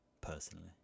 personally